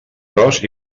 pros